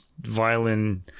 violin